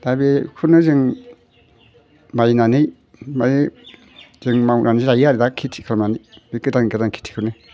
दा बेखौनो जों बायनानै ओमफाय जों मावनानै जायो आरो दा खेथि खालामनानै बे गोदान गोदान खेथिखौनो